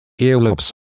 earlobes